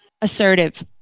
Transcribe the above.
assertive